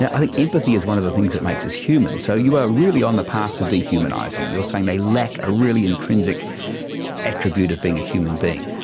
i think empathy is one of the things that makes us humans. so you are really on the path to dehumanising, you're saying they lack a really intrinsic attribute of being a human being.